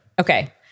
Okay